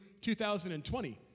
2020